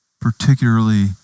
particularly